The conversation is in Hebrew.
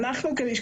זה לא דיון לוועדה,